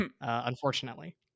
unfortunately